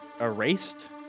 erased